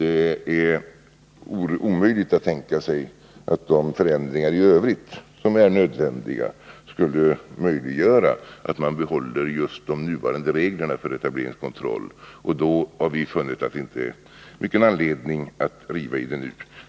Det är omöjligt att tänka sig att de förändringar i övrigt som är nödvändiga skulle möjliggöra ett bibehållande av just de nuvarande reglerna för etableringskontroll. Därför har vi funnit att det inte finns stor anledning att riva i det nu.